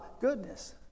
goodness